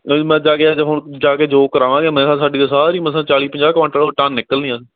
ਮੈਂ ਜਾ ਕੇ ਅੱਜ ਹੁਣ ਜਾ ਕੇ ਜੋਖ ਕਰਾਵਾਂਗੇ ਮੈਂ ਕਿਹਾ ਸਾਡੀ ਤਾਂ ਸਾਰੀ ਮਸਾਂ ਚਾਲੀ ਪੰਜਾਹ ਕੁਇੰਟਲ ਟਨ ਨਿਕਲਣੀ ਆ